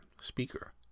speaker